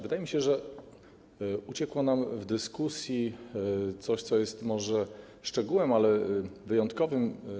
Wydaje mi się, że uciekło nam w dyskusji coś, co jest może szczegółem, ale wyjątkowym.